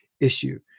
issue